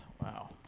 Wow